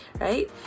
right